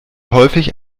häufig